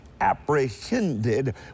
apprehended